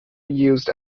used